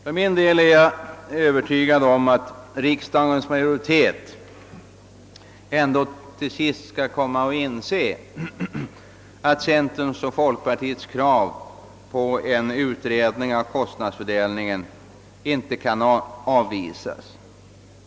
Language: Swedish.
För min del är jag övertygad om att riksdagens majoritet till sist ändå skall inse att centerns och folkpartiets krav på en utredning om kostnadsfördelningen inte kan avvisas.